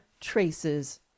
traces